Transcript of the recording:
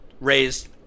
raised